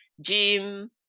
gym